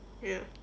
ya